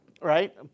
right